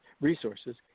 resources